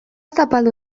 zapaldu